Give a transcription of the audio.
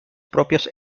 propios